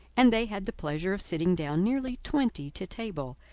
and they had the pleasure of sitting down nearly twenty to table,